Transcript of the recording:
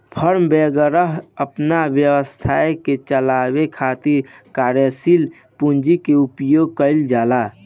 form वैगरह अपना व्यवसाय के चलावे खातिर कार्यशील पूंजी के उपयोग कईल जाला